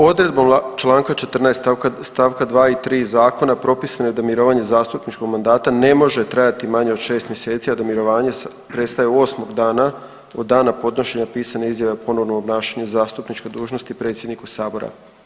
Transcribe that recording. Odredbom Članka 14. stavka 2. i 3. zakona propisano je da mirovanje zastupničkog mandata na može trajati manje od 6 mjeseci, a da mirovanje prestaje 8 dana od dana podnošenja pisane izjave o ponovnom obnašanju zastupničke dužnosti predsjedniku sabora.